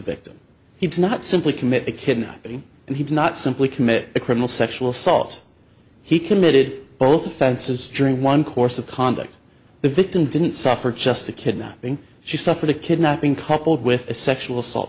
victim he does not simply commit a kidnapping and he does not simply commit a criminal sexual assault he committed both offenses during one course of conduct the victim didn't suffer just a kidnapping she suffered a kidnapping coupled with a sexual assault